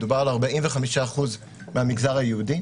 מדובר על 45% מהמגזר היהודי,